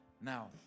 Now